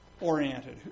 oriented